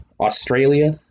Australia